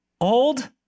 old